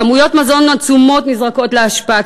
כמויות מזון עצומות נזרקות לאשפה,